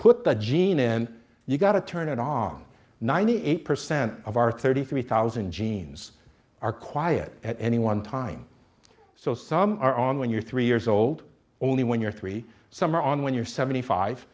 put the gene in you've got to turn it on ninety eight percent of our thirty three thousand genes are quiet at any one time so some are on when you're three years old only when you're three some are on when you're seventy five